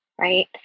Right